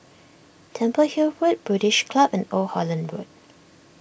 Temple Hill Road British Club and Old Holland Road